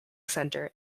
center